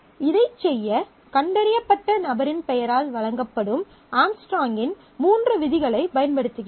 இதைச் செய்ய கண்டறியப்பட்ட நபரின் பெயரால் வழங்கப்படும் ஆம்ஸ்ட்ராங்கின் மூன்று விதிகளைப் பயன்படுத்துகிறோம்